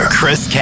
Chris